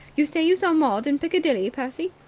you say you saw maud in piccadilly, percy?